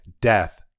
death